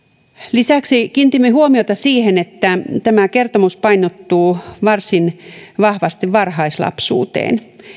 lisäksi kiinnitimme huomiota siihen että tämä kertomus painottuu varsin vahvasti varhaislapsuuteen